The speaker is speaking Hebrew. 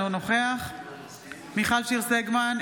אינו נוכח מיכל שיר סגמן,